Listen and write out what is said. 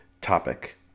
topic